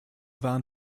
waren